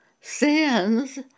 Sins